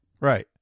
Right